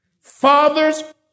Fathers